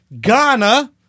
ghana